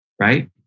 Right